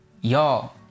Y'all